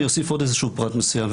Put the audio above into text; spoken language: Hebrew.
אני אוסיף עוד איזשהו פרט מסוים,